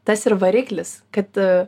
tas ir variklis kad